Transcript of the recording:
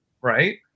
right